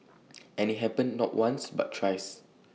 and IT happened not once but thrice